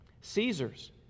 Caesar's